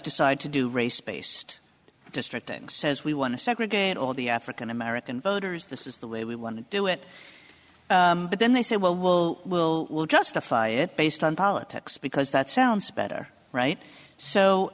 decide to do race based district and says we want to segregate all the african american voters this is the way we want to do it but then they said well will will will justify it based on politics because that sounds better right